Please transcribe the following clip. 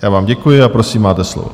Já vám děkuji a prosím, máte slovo.